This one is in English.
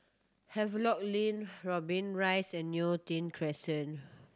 Havelock Link Dobbie Rise and Neo Tiew Crescent